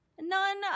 none